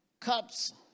cups